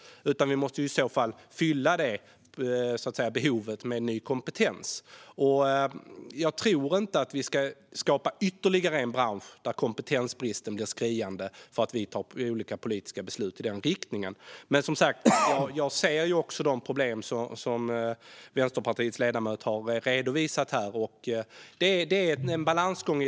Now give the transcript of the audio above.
Vi måste i så fall fylla det behovet med ny kompetens. Jag tror inte att vi ska skapa ytterligare en bransch där kompetensbristen blir skriande för att vi fattar olika politiska beslut. Men, som sagt, jag ser också de problem som Vänsterpartiets ledamot har redovisat här. Detta är en balansgång.